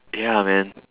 ya man